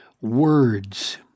words